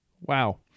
Wow